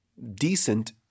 decent